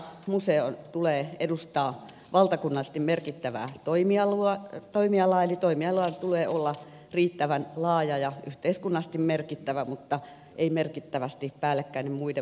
museon tulee edustaa valtakunnallisesti merkittävää toimialaa eli toimialan tulee olla riittävän laaja ja yhteiskunnallisesti merkittävä mutta ei merkittävästi päällekkäinen muiden museoiden kanssa